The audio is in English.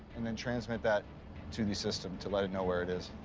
and then transmit that to the system to let it know where it is.